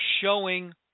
showing